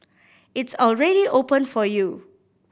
it's already open for you